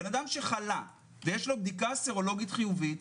בן אדם שחלה ויש לו בדיקה סרולוגית חיובית,